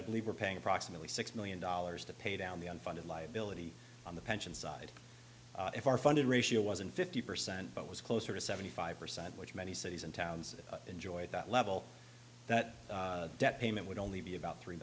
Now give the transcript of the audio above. i believe we're paying approximately six million dollars to pay down the unfunded liability on the pension side if are funded ratio was and fifty percent but was closer to seventy five percent which many cities and towns enjoyed that level that debt payment would only be about three